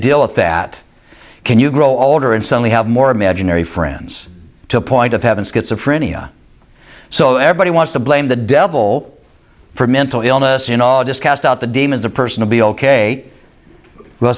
deal with that can you grow older and suddenly have more imaginary friends to a point of having schizophrenia so everybody wants to blame the devil for mental illness in august cast out the demons a person to be ok well